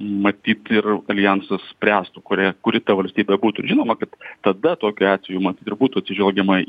matyt ir aljansas spręstų kurią kuri ta valstybė būtų ir žinoma kad tada tokiu atveju matyt ir būtų atsižvelgiama